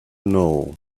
know